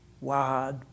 wide